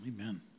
Amen